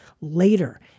later